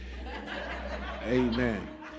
amen